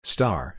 Star